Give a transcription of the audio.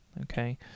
okay